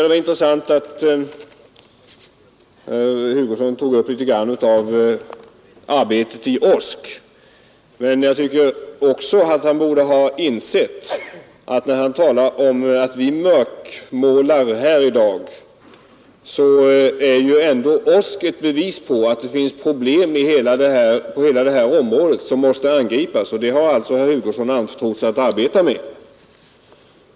Det var intressant att herr Hugosson tog upp arbetet i OSK. När herr Hugosson talar om att vi i dag mörkmålar, borde han ha insett att OSK utgör ett bevis på att det finns problem på dataområdet som måste angripas, och dessa problem har herr Hugosson anförtrotts att arbeta med.